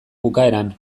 bukaeran